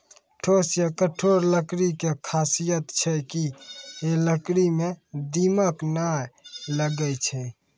ठोस या कठोर लकड़ी के खासियत छै कि है लकड़ी मॅ दीमक नाय लागैय छै